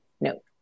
No